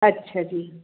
ਅੱਛਾ ਜੀ